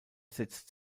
setzt